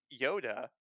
Yoda